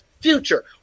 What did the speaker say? future